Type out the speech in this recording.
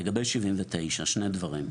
לגבי 79 שני דברים ברשותך.